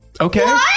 Okay